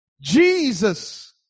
Jesus